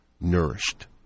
nourished